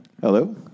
Hello